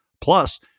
plus